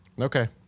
Okay